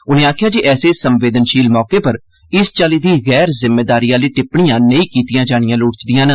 उनें आखेआ जे ऐसे संवेदनशील मौके पर इस चाल्ली दी गैर जिम्मेदारी आह्ली टिप्पणियां नेई कीती जानी लोड़चदिआं न